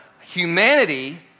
humanity